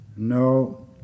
No